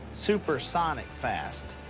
supersonic fast.